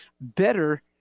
better